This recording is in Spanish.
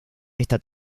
esta